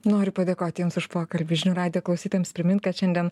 noriu padėkoti jums už pokalbį žinių radijo klausytojams primint kad šiandien